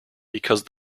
because